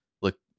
look